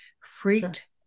freaked